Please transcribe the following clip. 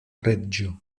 reĝo